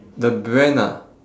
the brand ah